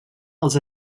els